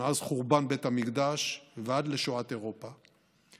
מאז חורבן בית המקדש ועד לשואת אירופה,